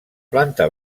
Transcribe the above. planta